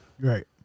Right